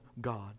God